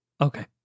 okay